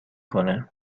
کنه